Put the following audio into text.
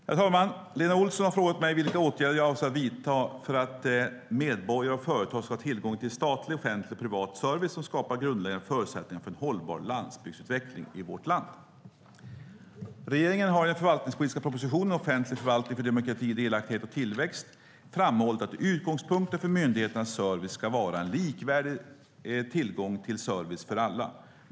Herr talman! Lena Olsson har frågat mig vilka åtgärder jag avser att vidta för att medborgare och företag ska ha tillgång till statlig, offentlig och privat service som skapar grundläggande förutsättningar för en hållbar landsbygdsutveckling i vårt land. Regeringen har i den förvaltningspolitiska propositionen Offentlig förvaltning för demokrati, delaktighet och tillväxt framhållit att utgångspunkten för myndigheternas service ska vara en likvärdig tillgång till service för alla.